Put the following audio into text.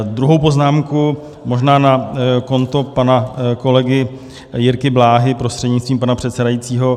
Druhou poznámku, možná na konto pana kolegy Jirky Bláhy prostřednictvím pana předsedajícího.